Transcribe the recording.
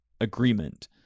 agreement